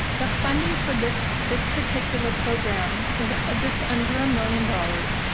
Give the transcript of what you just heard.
the funding for this this particular program is ah just under a million dollars.